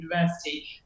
University